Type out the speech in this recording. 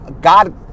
god